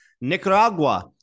Nicaragua